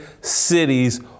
cities